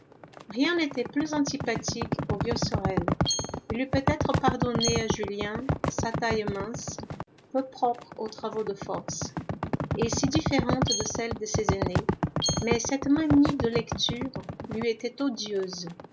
rien n'était plus antipathique au vieux sorel il eût peut-être pardonné à julien sa taille mince peu propre aux travaux de force et si différente de celle de ses aînés mais cette manie de lecture lui était odieuse